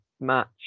match